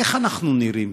איך אנחנו נראים?